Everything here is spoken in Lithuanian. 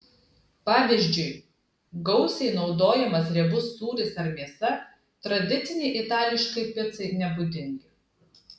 pavyzdžiui gausiai naudojamas riebus sūris ar mėsa tradicinei itališkai picai nebūdingi